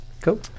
cool